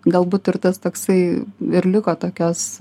galbūt ir tas toksai ir liko tokios